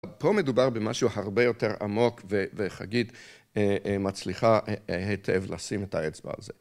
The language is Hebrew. פה מדובר במשהו הרבה יותר עמוק, וחגית מצליחה היטב לשים את האצבע